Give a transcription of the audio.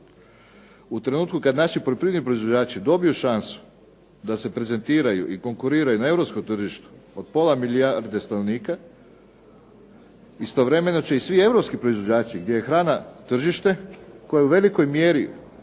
U trenutku kada se naši poljoprivredni proizvođači dobiju šansu da se prezentiraju i konkuriraju na Europskom tržištu od pola milijarde stanovnika, istovremeno će i svi Europski proizvođači gdje je hrana tržište koje je u velikoj mjeri